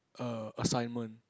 err assignment